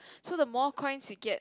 so the more coins you get